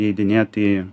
įeidinėt į